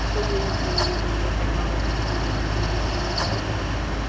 تو یہی تھی میری زندگی میں ٹیکنالوجی کے ذریعہ جو بھی چینجیز آئے بہت اچھے تھے